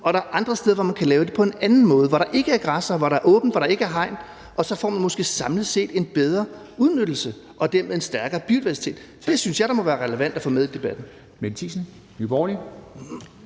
og der er andre steder, hvor man kan lave det på en anden måde, hvor der ikke er græssere, hvor der er åbent, og hvor der ikke er hegn, og så får vi måske samlet set en bedre udnyttelse og dermed en stærkere biodiversitet. Det synes jeg da må være relevant at få med i debatten. Kl.